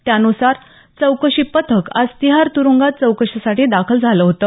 त्यानुसार चौकशी पथक आज तिहार तुरुगांत चौकशीसाठी दाखल झालं होतं